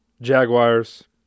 Jaguars